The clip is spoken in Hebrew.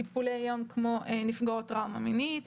טיפולי יום כמו נפגעות טראומה מינית,